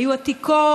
היו עתיקות.